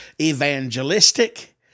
evangelistic